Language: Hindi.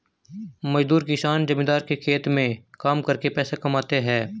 मजदूर किसान जमींदार के खेत में काम करके पैसा कमाते है